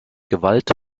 gewalt